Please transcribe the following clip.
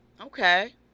Okay